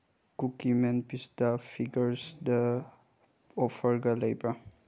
cookie man ꯄꯤꯁꯇꯥ ꯐꯤꯒꯔꯁꯗ ꯑꯣꯐꯔꯒ ꯂꯩꯕ꯭ꯔꯥ